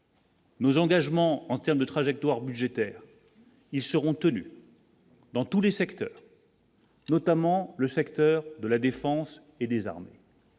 Nos engagements en termes de trajectoire budgétaire, ils seront tenus. Dans tous les secteurs. Notamment le secteur de la Défense et des armées.